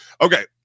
okay